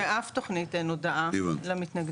באף תוכנית אין הודעה למתנגדים.